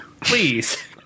Please